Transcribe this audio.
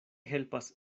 helpas